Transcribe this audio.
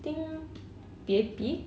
I think P_A_P